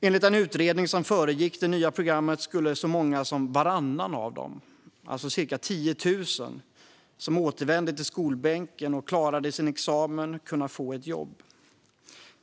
Enligt den utredning som föregick det nya programmet skulle så många som varannan av dem, ca 10 000, som återvände till skolbänken och klarade sin examen kunna få ett jobb.